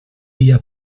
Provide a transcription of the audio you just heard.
dia